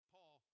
Paul